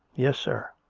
yes, sir.